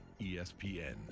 ESPN